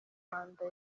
manda